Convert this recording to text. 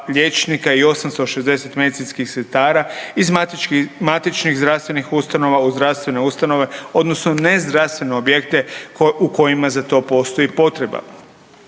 i 860 medicinskih sestara iz matičnih zdravstvenih ustanove u zdravstvene ustanove odnosno u nezdravstvene objekte u kojima za to postoji potreba.